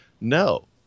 no